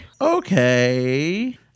Okay